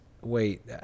Wait